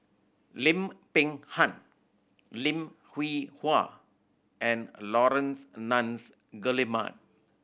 Lim Peng Han Lim Hwee Hua and Laurence Nunns Guillemard